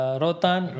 rotan